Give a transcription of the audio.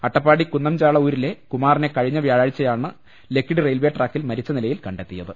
അട്ടപ്പാടി കുന്നംചാള ഊരിലെ കുമാറിനെ കഴിഞ്ഞ വ്യാഴാഴ്ചയാണ് ലക്കിടി റയിൽവേ ട്രാക്കിൽ മരിച്ച നിലയിൽ കണ്ടെത്തിയത്